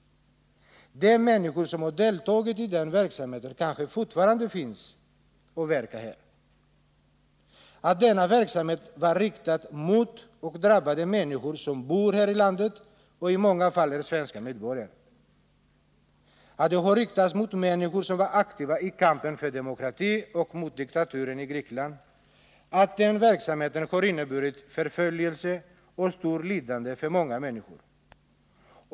De människor som har deltagit i denna verksamhet kanske fortfarande finns och verkar här. Denna verksamhet, som var riktad mot och drabbade människor som bor här i landet och i många fall är svenska medborgare och som riktades mot människor som var aktiva i kampen för demokratin och mot diktaturen i Grekland, har inneburit förföljelse och stort lidande för många människor.